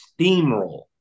steamroll